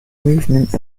movement